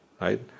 right